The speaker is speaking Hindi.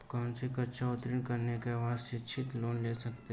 कौनसी कक्षा उत्तीर्ण करने के बाद शिक्षित लोंन ले सकता हूं?